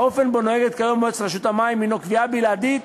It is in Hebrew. האופן שבו נוהגת כיום מועצת רשות המים הוא קביעה בלעדית